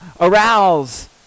arouse